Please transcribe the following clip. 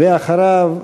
ואחריו,